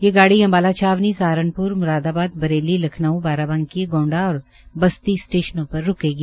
ये गाड़ी अम्बाला छावनी सहारानप्र म्रादाबाद बरेली लखनऊ बाराबंकी गोंडा और बस्ती स्टेशनों पर रूकेगी